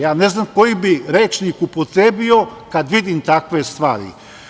Ja ne znam koji bih rečnik upotrebio kada vidim takve stvari.